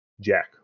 jack